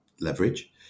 leverage